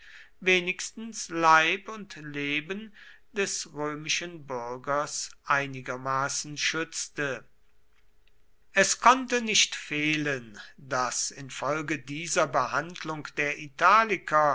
wenigstens leib und leben des römischen bürgers einigermaßen schützte es konnte nicht fehlen daß infolge dieser behandlung der italiker